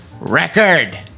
Record